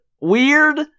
Weird